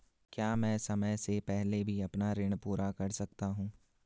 क्या मैं समय से पहले भी अपना ऋण पूरा कर सकता हूँ?